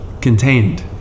contained